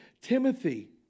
Timothy